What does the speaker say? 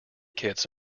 kits